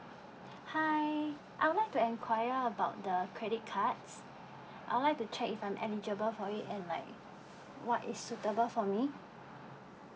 hi I would like to enquire about the credit cards I'd like to check if I'm eligible for it and like what is suitable for me